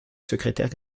secrétaire